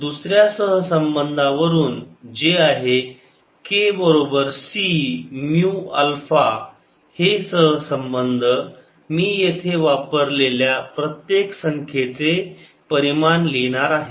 दुसऱ्या सहसंबंधावरून जे आहे k बरोबर C म्यु अल्फा हे सहसंबंध मी येथे वापरलेल्या प्रत्येक संख्येचे परिमाण लिहिणार आहे